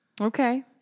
Okay